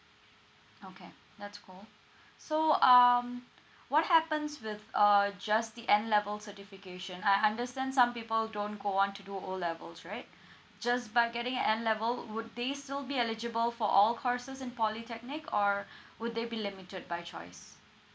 okay that's cool so um what happens with err just the N level certification I understand some people don't go on to do O levels right just by getting an N level would they still be eligible for all courses in polytechnic or would they be limited by choice